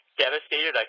devastated